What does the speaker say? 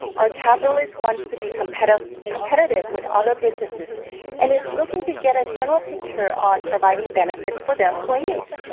our capitalists wants to be competitive competitive with other businesses and is looking to get a general picture on providing benefits for their employees.